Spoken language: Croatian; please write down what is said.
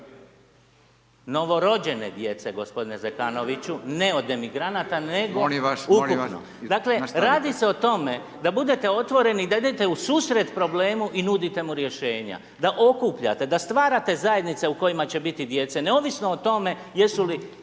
Novorođene djece gospodine Zekanoviću, ne od imigranata nego ukupno. Dakle, radi se o tome da budete otvoreni, da idete u susret problemu i nudite mu rješenja, da okupljate, da stvarate zajednice u kojima će biti djece, neovisno o tome jesu li